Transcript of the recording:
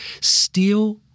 Steal